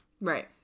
Right